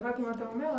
הבנתי מה שאתה אומר,